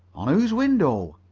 on whose window?